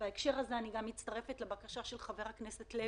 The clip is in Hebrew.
בהקשר הזה אני גם מצטרפת לבקשה של חבר הכנסת לוי.